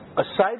aside